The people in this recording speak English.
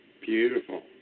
beautiful